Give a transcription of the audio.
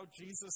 Jesus